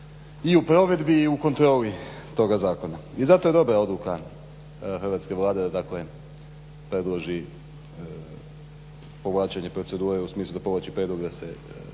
i u provedbi i u kontroli toga zakona. I zato je dobra odluka hrvatske Vlade da predloži povlačenje procedure u smislu da povlači prijedlog da se